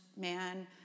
man